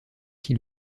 qui